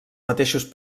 mateixos